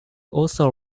also